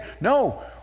No